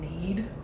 need